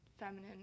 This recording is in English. feminine